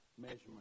measurement